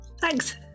Thanks